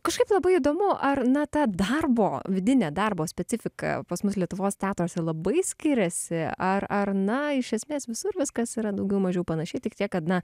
kažkaip labai įdomu ar na ta darbo vidinė darbo specifika pas mus lietuvos teatruose labai skiriasi ar ar na iš esmės visur viskas yra daugiau mažiau panašiai tik tiek kad na